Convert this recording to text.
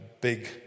big